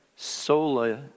Sola